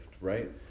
right